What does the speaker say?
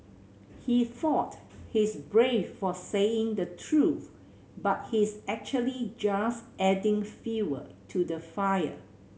he thought he's brave for saying the truth but his actually just adding fuel to the fire